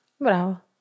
Bravo